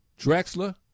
Drexler